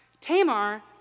Tamar